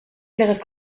legez